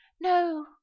no